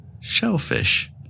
shellfish